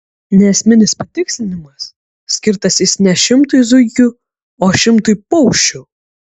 neesminis patikslinimas skirtas jis ne šimtui zuikių o šimtui paukščių